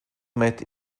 met